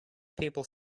people